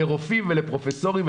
לרופאים ולפרופסורים.